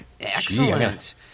Excellent